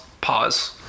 Pause